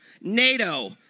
NATO